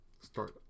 start